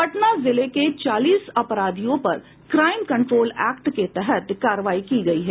पटना जिले के चालीस अपराधियों पर क्राईम कंट्रोल एक्ट के तहत कार्रवाई की गयी है